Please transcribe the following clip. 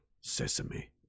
sesame